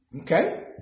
Okay